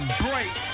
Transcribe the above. break